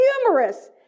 humorous